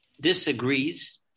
disagrees